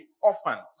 orphans